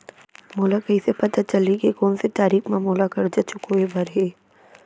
मोला कइसे पता चलही के कोन से तारीक म मोला करजा चुकोय बर हे?